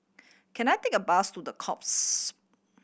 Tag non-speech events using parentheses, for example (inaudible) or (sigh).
can I take a bus to The (unintelligible)